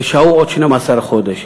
ושהו עוד 12 חודש.